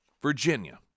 Virginia